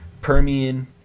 Permian